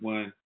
One